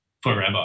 forever